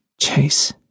Chase